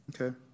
Okay